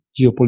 geopolitics